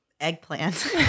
Eggplant